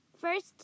First